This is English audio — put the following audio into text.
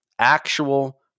Actual